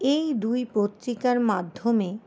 এই দুই পত্রিকার মাধ্যমে